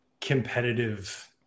competitive